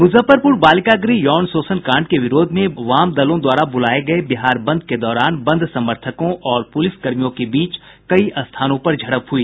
मुजफ्फरपूर बालिका गृह यौन शोषण कांड के विरोध में वाम दलों द्वारा ब्रलाये गये बिहार बंद के दौरान बंद समर्थकों और पुलिस कर्मियों के बीच कई स्थानों पर झड़प हुई